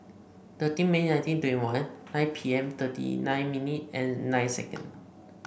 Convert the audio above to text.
thirteen May nineteen twenty one nine P M thirty nine minutes and nine second